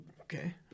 Okay